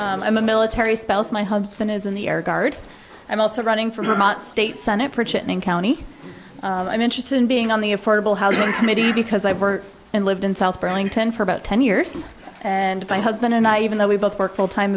v m i'm a military spouse my husband is in the air guard i'm also running from her state senate pritchett in county i'm interested in being on the affordable housing committee because i worked and lived in south burlington for about ten years and by husband and i even though we both work full time